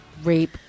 rape